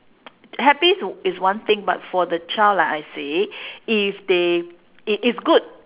happy is is one thing but for the child like I say if they it is good